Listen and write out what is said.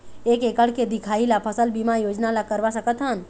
एक एकड़ के दिखाही ला फसल बीमा योजना ला करवा सकथन?